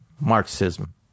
Marxism